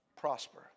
prosper